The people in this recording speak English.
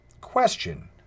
question